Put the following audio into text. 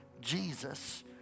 Jesus